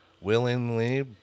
Willingly